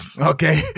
okay